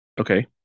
Okay